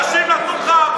אנשים נתנו לך,